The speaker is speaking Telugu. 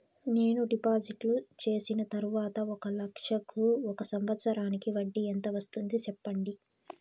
నేను డిపాజిట్లు చేసిన తర్వాత ఒక లక్ష కు ఒక సంవత్సరానికి వడ్డీ ఎంత వస్తుంది? సెప్పండి?